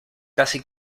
casi